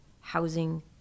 housing